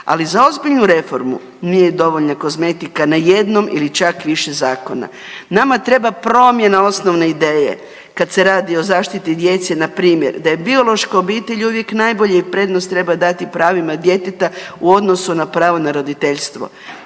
Ali za ozbiljnu reformu nije dovoljna kozmetika na jednom ili čak više zakona, nama treba promjena osnovne ideje kad se radi o zaštiti djece. Npr. da je biološka obitelj uvijek najbolje prednost treba dati pravima djeteta u odnosu na pravo na roditeljstvo.